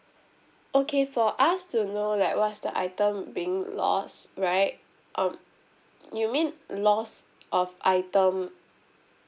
okay for us to know like what's the item being lost right um you mean loss of item